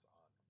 on